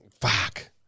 Fuck